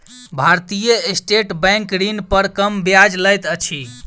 भारतीय state bank ऋण पर कम ब्याज लैत अछि